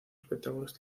espectáculos